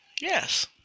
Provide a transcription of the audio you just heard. Yes